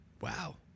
wow